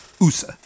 USA